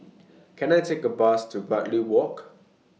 Can I Take A Bus to Bartley Walk